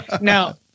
now